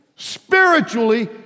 Spiritually